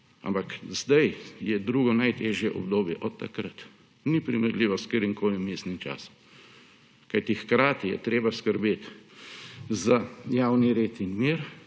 Ampak zdaj je drugo najtežje obdobje od takrat, ni primerljivo s katerimkoli vmesnim časom. Kajti hkrati je treba skrbeti za javni red in mir,